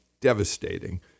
devastating